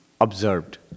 observed